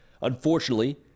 unfortunately